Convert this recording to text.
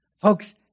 Folks